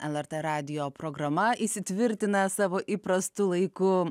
lrt radijo programa įsitvirtina savo įprastu laiku